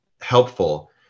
helpful